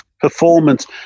performance